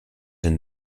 and